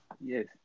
Yes